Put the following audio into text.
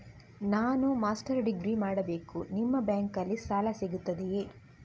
ನಾನು master degree ಮಾಡಬೇಕು, ನಿಮ್ಮ ಬ್ಯಾಂಕಲ್ಲಿ ಸಾಲ ಸಿಗುತ್ತದೆಯೇ?